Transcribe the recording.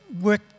work